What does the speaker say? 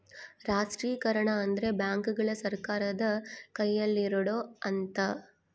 ರಾಷ್ಟ್ರೀಕರಣ ಅಂದ್ರೆ ಬ್ಯಾಂಕುಗಳು ಸರ್ಕಾರದ ಕೈಯಲ್ಲಿರೋಡು ಅಂತ